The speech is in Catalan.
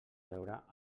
veure